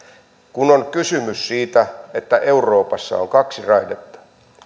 on kysymys siitä että euroopassa on kaksi raidetta